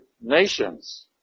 nations